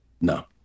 No